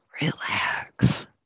relax